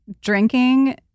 drinking